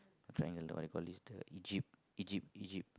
triangle the what you call this the Egypt Egypt Egypt